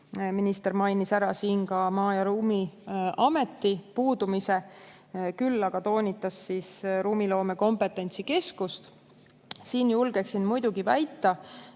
Minister mainis ära siin ka maa- ja ruumiameti puudumise. Küll aga toonitas ruumiloome kompetentsikeskust. Siin julgeksin muidugi väita,